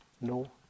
no